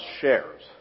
shares